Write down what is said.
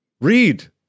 read